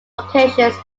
locations